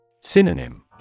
Synonym